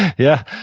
yeah.